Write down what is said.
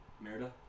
Merida